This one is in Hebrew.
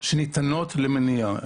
הנתינות למניעה.